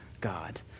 God